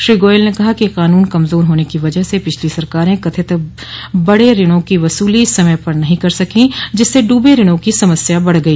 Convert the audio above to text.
श्री गोयल ने कहा कि कानून कमजार होने की वजह से पिछली सरकारे कथित बड़े ऋणों की वसूली समय पर नहीं कर सकी जिससे ड्रबे ऋणों की समस्या बढ़ गई